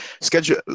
schedule